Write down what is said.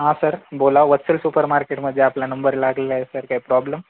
हा सर बोला वत्सल सुपर मार्केटध्ये आपला नंबर लागलेला आहे सर काही प्रॉब्लम